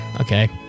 Okay